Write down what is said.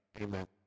Amen